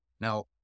Now